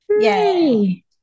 Yay